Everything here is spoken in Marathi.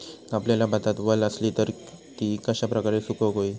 कापलेल्या भातात वल आसली तर ती कश्या प्रकारे सुकौक होई?